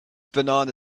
banana